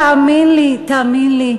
תאמין לי,